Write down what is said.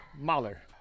Mahler